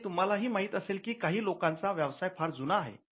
हे तुम्हालाही माहीत असेल की काही लोकांचा व्यवसाय फार जुना आहे